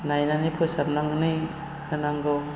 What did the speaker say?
नायनानै फोसाबनानै होनांगौ